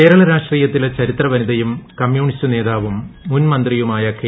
കേരള രാഷ്ട്രീയത്തിലെ ചരിത്ര വനിതയും കമ്മ്യൂണിസ്റ്റ് നേതാവും മുൻ മന്ത്രിയുമായ കെ